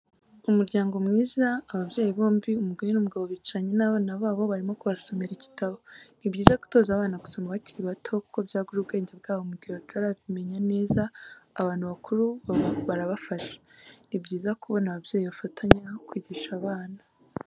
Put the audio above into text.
Umuryango mwiza ababyeyi bombi umugore n'umugabo bicaranye n'abana babo barimo kubasomera igitabo, ni byiza gutoza abana gusoma bakiri bato kuko byagura ubwenge bwabo mu gihe batarabimenya neza abantu bakuru babafasha, ni byiza kubona ababyeyi bafatanya kwigisha abana.